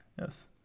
Yes